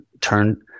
turn